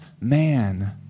man